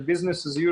של "עסקים כרגיל"